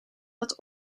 dat